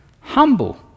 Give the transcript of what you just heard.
humble